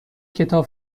کتاب